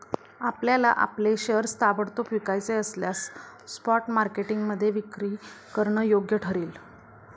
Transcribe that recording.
आपल्याला आपले शेअर्स ताबडतोब विकायचे असल्यास स्पॉट मार्केटमध्ये विक्री करणं योग्य ठरेल